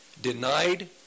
denied